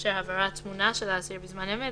שמאפשר העברת תמונה של האסיר בזמן אמת,